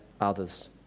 others